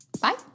Bye